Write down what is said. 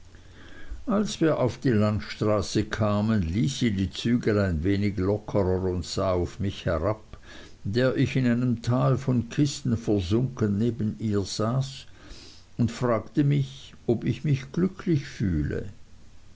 als wir auf die landstraße kamen ließ sie die zügel ein wenig lockerer und sah auf mich herab der ich in einem tal von kissen versunken neben ihr saß und fragte mich ob ich mich glücklich fühle